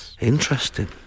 Interesting